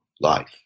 life